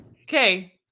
Okay